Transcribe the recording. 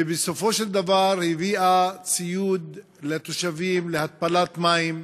ובסופו של דבר הביאה ציוד לתושבים להתפלת מים,